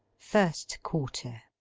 first quarter.